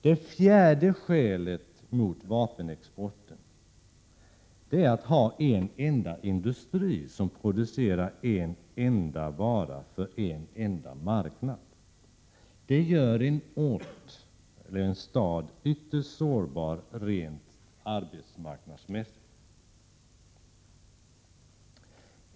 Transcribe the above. Det fjärde skälet mot vapenexporten är att detta att ha en enda industri som producerar en enda vara för en enda marknad gör en ort eller en stad ytterst sårbar rent arbetsmarknadsmässigt.